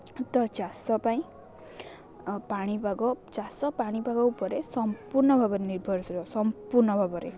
ତ ଚାଷ ପାଇଁ ପାଣିପାଗ ଚାଷ ପାଣିପାଗ ଉପରେ ସମ୍ପୂର୍ଣ୍ଣ ଭାବରେ ନିର୍ଭରଶୀଳ ସମ୍ପୂର୍ଣ୍ଣ ଭାବରେ